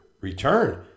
return